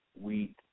wheat